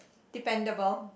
dependable